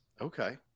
Okay